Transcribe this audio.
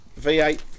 V8